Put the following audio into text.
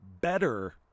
better